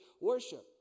worship